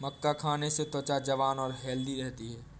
मक्का खाने से त्वचा जवान और हैल्दी रहती है